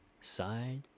side